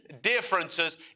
differences